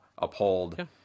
uphold